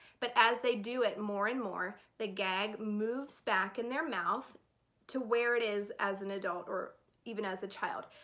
but as they do it more and more the gag moves back in their mouth to where it is as an adult or even as a child.